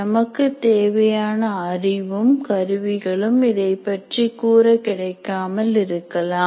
நமக்கு தேவையான அறிவும் கருவிகளும் இதைப் பற்றி கூற கிடைக்காமல் இருக்கலாம்